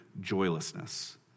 joylessness